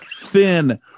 thin